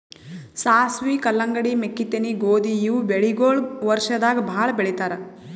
ಸಾಸ್ವಿ, ಕಲ್ಲಂಗಡಿ, ಮೆಕ್ಕಿತೆನಿ, ಗೋಧಿ ಇವ್ ಬೆಳಿಗೊಳ್ ವರ್ಷದಾಗ್ ಭಾಳ್ ಬೆಳಿತಾರ್